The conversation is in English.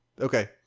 Okay